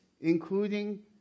including